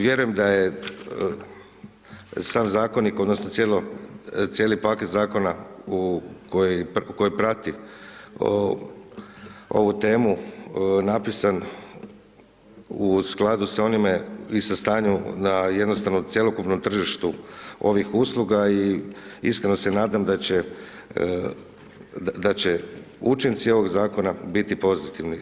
Vjerujem da je sam zakonik, odnosno, cijeli paket zakona koji prati ovu temu napisan u skladu sa onime i sa stanjem da jednostavno cjelokupno tržištu ovih usluga i iskreno se nadam, da će učenici ovog zakona biti pozitivni.